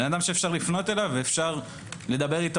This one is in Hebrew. בן אדם שאפשר לפנות אליו ואפשר לדבר איתו